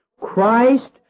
Christ